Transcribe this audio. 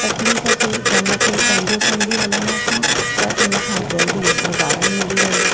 तकलीफ़ु खे ग़म खे पंहिंजो सम्झी हलंदासीं त उनखां जल्दी निवारणु मिली वेंदो